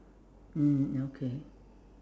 mm okay